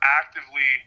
actively